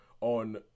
on